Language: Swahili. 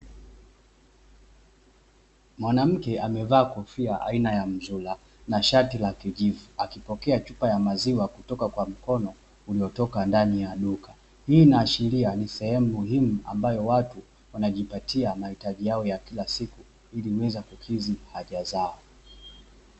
Mwanamke amevaa kofia aina ya mzura na shati la kijivu akipokea chupa ya maziwa kutoka kwa mkono uliotoka ndani ya duka, hii inaashiria sehemu hii ambayo watu wanajipatia mahitaji yao ya kila siku, ili kuweza kukidhi haja zao.